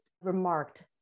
remarked